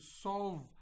solve